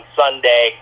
sunday